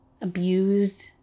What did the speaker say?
abused